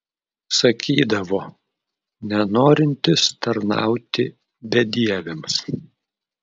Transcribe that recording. sakydavo nenorintis tarnauti bedieviams